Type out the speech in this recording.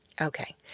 Okay